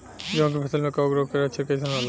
गेहूं के फसल में कवक रोग के लक्षण कइसन होला?